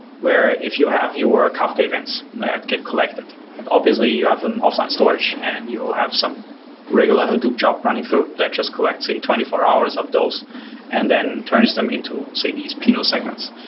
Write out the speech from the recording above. where if you have your kafka events that get collected and obviously, you have an offline storage and you'll have some regular hadoop job running through that just collects say twenty four hours of those and then turns them into say these pinot segments.